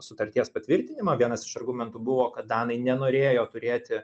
sutarties patvirtinimą vienas iš argumentų buvo kad danai nenorėjo turėti